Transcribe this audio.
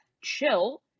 chill